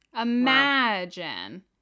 imagine